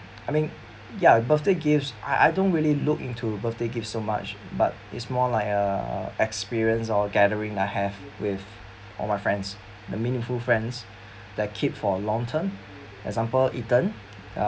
I mean ya birthday gifts I I don't really look into birthday give so much but it's more like uh experience or gathering I have with all my friends the meaningful friends that I keep for long term example ethan